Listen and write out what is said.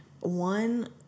one